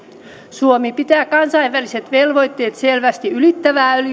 suomi pitää kansainväliset velvoitteet selvästi ylittävää